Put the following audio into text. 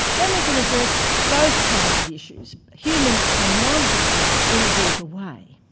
then we can address both kinds of issues, human and non-human in a deeper way.